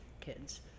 kids